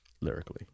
Lyrically